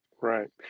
Right